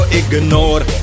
ignore